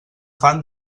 fan